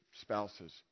Spouses